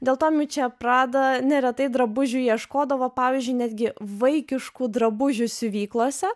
dėl to miučia prada neretai drabužių ieškodavo pavyzdžiui netgi vaikiškų drabužių siuvyklose